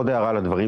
אני